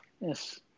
yes